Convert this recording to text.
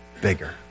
bigger